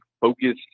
focus